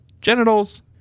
genitals